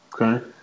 Okay